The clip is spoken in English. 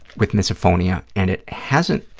with misophonia and it hasn't,